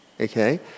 okay